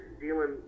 dealing